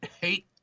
hate